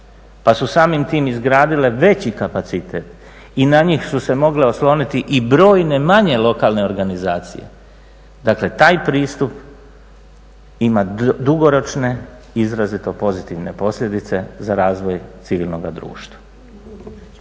pa su samim tim izgradile veći kapacitet i na njih su se mogle osloniti i brojne manje lokalne organizacije. Dakle, taj pristup ima dugoročne izrazito pozitivne posljedice za razvoj civilnoga društva.